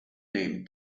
named